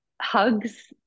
hugs